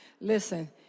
listen